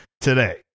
today